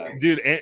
dude